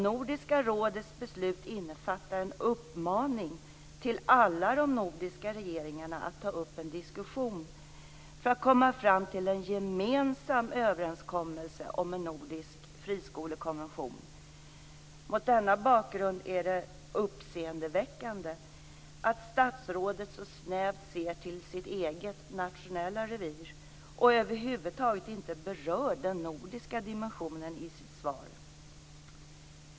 Nordiska rådets beslut innefattar en uppmaning till alla de nordiska regeringarna att ta upp en diskussion för att komma fram till en gemensam överenskommelse om en nordisk friskolekonvention. Mot denna bakgrund är det uppseendeväckande att statsrådet så snävt ser till sitt eget nationella revir och över huvud taget inte berör den nordiska dimensionen i sitt svar.